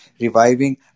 reviving